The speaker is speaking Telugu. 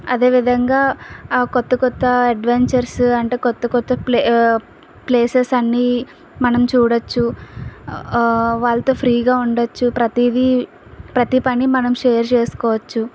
అదేవిధంగా ఆ కొత్త కొత్త అడ్వెంచర్స్ అంటే కొత్త కొత్త ప్లే ప్లేసెస్ అన్నీ మనం చూడచ్చు వాళ్ళతో ఫ్రీగా ఉండచ్చు ప్రతీదీ ప్రతీ పని మనం షేర్ చేస్కోవచ్చు